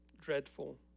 dreadful